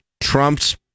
trump's